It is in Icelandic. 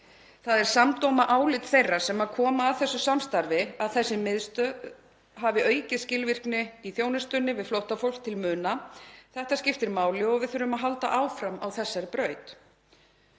Það er samdóma álit þeirra sem koma að þessu samstarfi að þessi miðstöð hafi aukið skilvirkni í þjónustunni við flóttafólk til muna. Þetta skiptir máli og við þurfum að halda áfram á þessari braut.